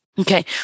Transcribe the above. okay